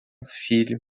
filho